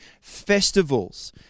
festivals